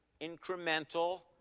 incremental